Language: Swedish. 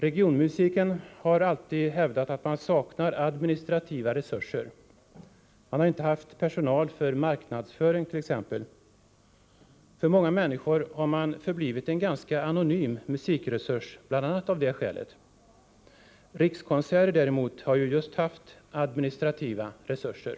Regionmusiken har alltid hävdat att man saknar administrativa resurser. Man har inte haft personal för marknadsföring t.ex. För många människor har man förblivit en ganska anonym musikresurs bl.a. av det skälet. Rikskonserter däremot har ju haft just administrativa resurser.